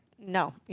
No